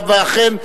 ואכן,